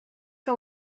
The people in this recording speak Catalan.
que